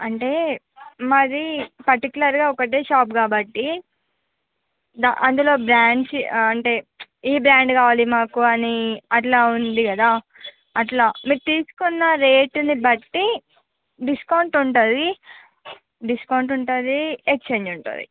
అంటే మాది పర్టికులర్గా ఒకటే షాప్ కాబట్టి దా అందులో బ్రాంచి అంటే ఈ బ్రాండ్ కావాలి మాకు అని అట్లా ఉంది కదా అట్లా మీరు తీసుకున్న రేటుని బట్టి డిస్కౌంట్ ఉంటుంది డిస్కౌంట్ ఉంటుంది ఎక్సచెంజ్ ఉంటుంది